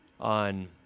on